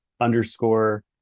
underscore